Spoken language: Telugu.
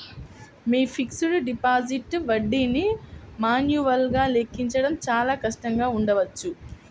మీ ఫిక్స్డ్ డిపాజిట్ వడ్డీని మాన్యువల్గా లెక్కించడం చాలా కష్టంగా ఉండవచ్చు